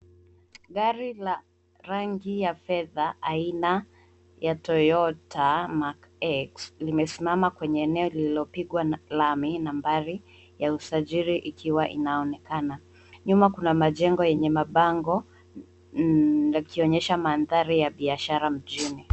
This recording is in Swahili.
Gari la rangi ya fedha aina ya toyota Markx limesimama kwenye eneo lililopigwa na lami nambari ya usajili ikiwa inaonekana. Nyuma kuna majengo yenye mabango yakionyesha mandhari ya biashara mjini.